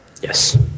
Yes